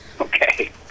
Okay